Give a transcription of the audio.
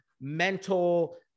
mental